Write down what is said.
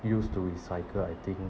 use to recycle I think